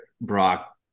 brock